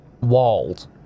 walled